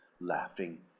laughing